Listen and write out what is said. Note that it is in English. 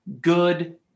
good